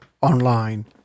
online